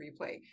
replay